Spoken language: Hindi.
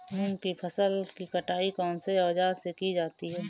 मूंग की फसल की कटाई कौनसे औज़ार से की जाती है?